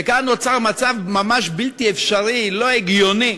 וכאן נוצר מצב ממש בלתי אפשרי, לא הגיוני,